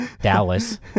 Dallas